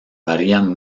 varían